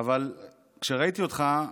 אבל כשראיתי אותך,